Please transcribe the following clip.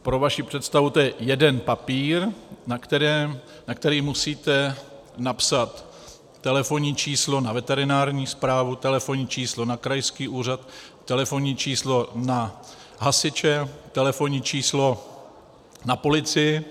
Pro vaši představu, je to jeden papír, na který musíte napsat telefonní číslo na veterinární správu, telefonní číslo na krajský úřad, telefonní číslo na hasiče, telefonní číslo na policii.